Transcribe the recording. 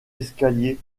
escalier